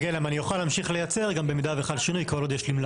אני שאלתי גם על